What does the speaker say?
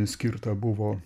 skirta buvo